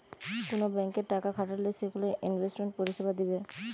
কুন ব্যাংকে টাকা খাটালে সেগুলো ইনভেস্টমেন্ট পরিষেবা দিবে